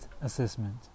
assessment